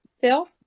Phil